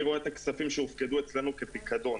אני רואה את הכספים שנמצאים אצלנו כפיקדון,